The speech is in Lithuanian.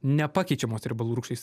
nepakeičiamos riebalų rūgštys